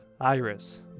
Iris